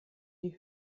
die